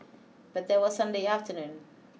but that was Sunday afternoon